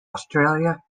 australia